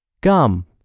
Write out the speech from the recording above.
gum